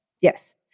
Yes